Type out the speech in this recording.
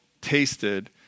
tasted